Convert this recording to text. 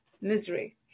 Misery